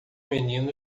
menino